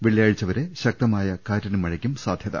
വെള്ളിയാഴ്ച വരെ ശക്ത മായ കാറ്റിനും മഴക്കും സാധ്യത്